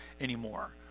anymore